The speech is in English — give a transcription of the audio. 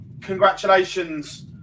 congratulations